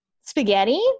Spaghetti